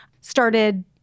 Started